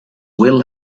will